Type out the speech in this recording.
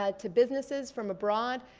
ah to businesses from abroad.